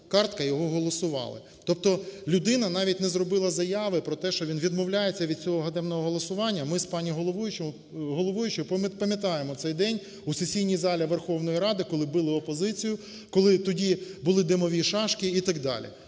картка його голосувала. Тобто людина навіть не зробила заяви про те, що він відмовляється від цього ганебного голосування. Ми з пані головуючою пам'ятаємо цей день у сесійній залі Верховної Ради, коли били опозицію, коли тоді були димові шашки і так далі.